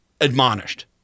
admonished